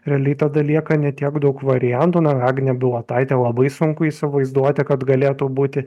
realiai tada lieka ne tiek daug variantų na agnę bilotaitę labai sunku įsivaizduoti kad galėtų būti